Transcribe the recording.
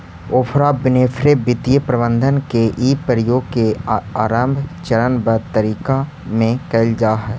Oprah Winfrey वित्तीय प्रबंधन के इ प्रयोग के आरंभ चरणबद्ध तरीका में कैइल जा हई